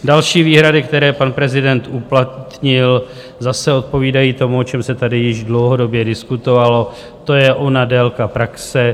Další výhrady, které pan prezident uplatnil, zase odpovídají tomu, o čem se tady již dlouhodobě diskutovalo, to je ona délka praxe.